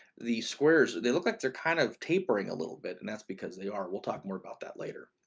the squares, they look like they're kind of tapering a little bit. and that's because they are. we'll talk more about that later.